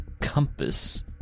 compass